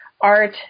art